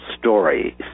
stories